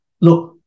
look